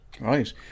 Right